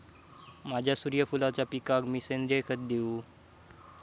माझ्या सूर्यफुलाच्या पिकाक मी सेंद्रिय खत देवू?